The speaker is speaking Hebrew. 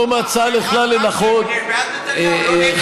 מתי מאמינים להמלצות המשטרה,